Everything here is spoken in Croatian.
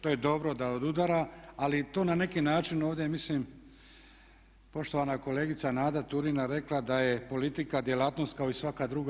To je dobro da odudara, ali to na neki način ovdje mislim poštovana kolegica Nada Turina je rekla da je politika djelatnost kao i svaka druga.